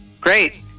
Great